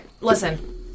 Listen